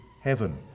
heaven